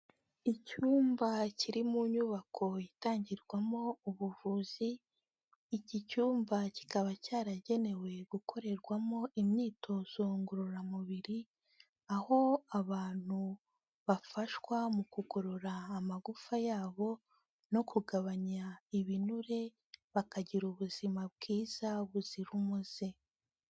Icyumba kiri mu nyubako itangirwamo ubuvuzi, iki cyumba kikaba cyaragenewe gukorerwamo imyitozo ngororamubiri, aho abantu bafashwa mu kugorora amagufa yabo no kugabanya ibinure, bakagira ubuzima bwiza buzira umuze.